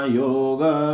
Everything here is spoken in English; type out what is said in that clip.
yoga